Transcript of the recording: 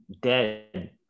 dead